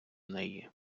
неї